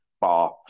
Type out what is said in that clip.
bar